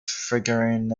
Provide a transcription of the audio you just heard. figurines